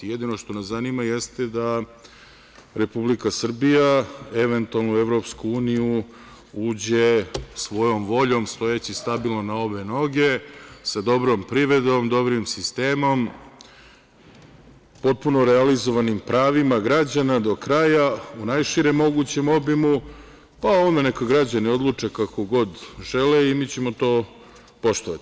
Jedino što nas zanima jeste da Republika Srbija eventualno u EU uđe svojom voljom, stojeći stabilno na obe noge, sa dobrom privredom, dobrim sistemom, potpuno realizovanim pravima građana do kraja, u najširem mogućem obimu, pa o ovome neka građani odluče kako god žele i mi ćemo to poštovati.